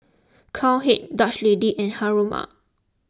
Cowhead Dutch Lady and Haruma